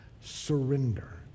Surrender